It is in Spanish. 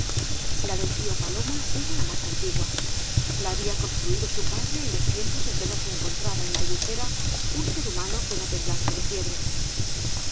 la del tío paloma era la más antigua la había construido su padre en los tiempos en que no se encontraba en la albufera un ser humano que no temblase de fiebre